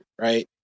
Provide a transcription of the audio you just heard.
right